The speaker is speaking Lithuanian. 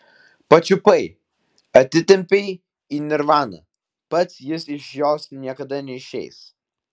pačiupai atitempei į nirvaną pats jis iš jos niekada neišeis